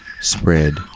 spread